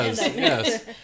yes